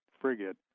frigate